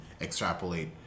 extrapolate